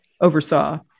oversaw